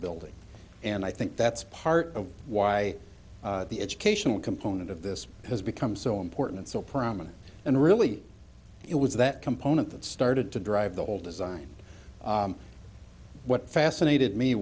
building and i think that's part of why the educational component of this has become so important so prominent and really it was that component that started to drive the whole design what fascinated me